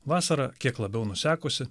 vasarą kiek labiau nusekusi